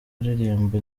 aririmba